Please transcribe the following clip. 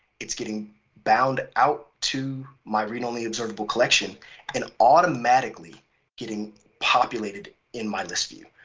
it's getting bound out to my read only observable collection and automatically getting populated in my listview.